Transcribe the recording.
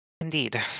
indeed